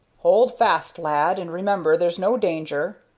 hold fast, lad, and remember there's no danger,